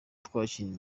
twakinnye